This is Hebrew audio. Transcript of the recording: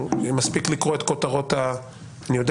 שמספיק לקרוא את כותרות העיתונים אני יודע